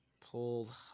pulled